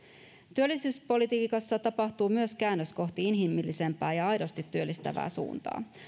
työllisyyspolitiikassa tapahtuu myös käännös kohti inhimillisempää ja aidosti työllistävää suuntaa